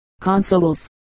consoles